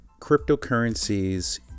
cryptocurrencies